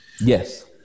Yes